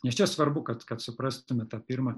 nes čia svarbu kad kad suprastume tą pirmą